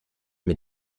mit